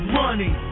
money